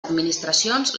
administracions